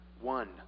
one